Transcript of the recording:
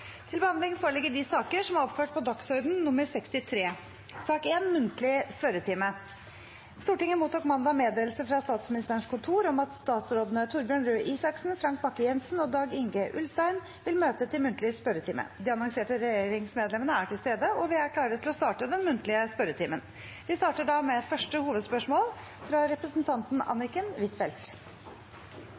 Stortinget mottok mandag meddelelse fra Statsministerens kontor om at statsrådene Torbjørn Røe Isaksen, Frank Bakke-Jensen og Dag-Inge Ulstein vil møte til muntlig spørretime. De annonserte regjeringsmedlemmene er til stede, og vi er klare til å starte den muntlige spørretimen. Vi starter da med første hovedspørsmål, fra representanten Anniken Huitfeldt.